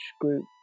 group